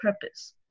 purpose